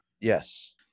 yes